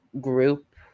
group